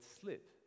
slip